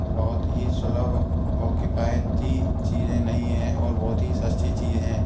बहुत ही सुलभ और किफायती चीज़ें नहीं हैं और बहुत ही सस्ती चीज हैं